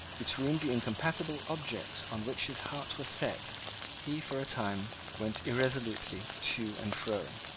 between the incompatible objects on which his heart was set he, for a time, went irresolutely to and fro.